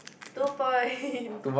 two points